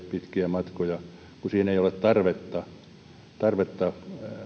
pitkiä matkoja kun siihen ei ole tarvetta tarvetta